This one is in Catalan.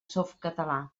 softcatalà